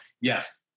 yes